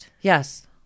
Yes